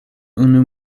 unu